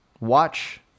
Watch